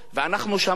ואנחנו שמענו,